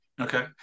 Okay